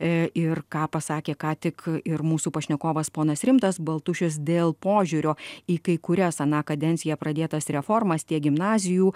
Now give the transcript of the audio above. ir ką pasakė ką tik ir mūsų pašnekovas ponas rimtas baltušis dėl požiūrio į kai kurias aną kadenciją pradėtas reformas tiek gimnazijų